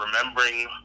remembering